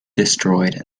destroyed